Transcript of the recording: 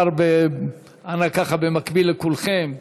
השר ענה ככה במקביל לכולכם.